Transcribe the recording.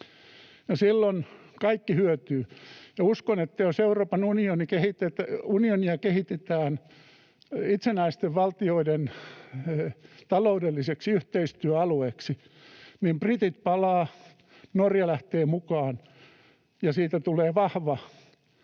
silloin kaikki hyötyvät. Uskon, että jos Euroopan unionia kehitetään itsenäisten valtioiden taloudelliseksi yhteistyöalueeksi, niin britit palaavat, Norja lähtee mukaan ja siitä tulee vahva